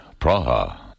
Praha